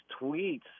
tweets